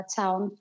town